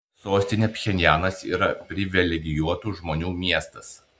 sostinė pchenjanas yra privilegijuotų žmonių miestas